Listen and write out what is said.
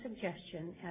suggestion